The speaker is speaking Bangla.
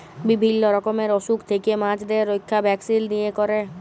বিভিল্য রকমের অসুখ থেক্যে মাছদের রক্ষা ভ্যাকসিল দিয়ে ক্যরে